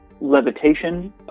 levitation